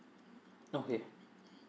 okay